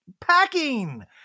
packing